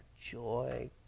joy